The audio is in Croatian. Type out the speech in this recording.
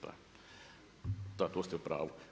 Da tu ste u pravu.